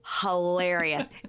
hilarious